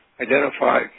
identify